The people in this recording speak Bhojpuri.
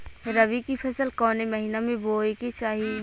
रबी की फसल कौने महिना में बोवे के चाही?